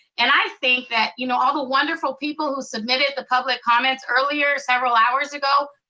and i think that you know all the wonderful people who submitted the public comments earlier, several hours ago.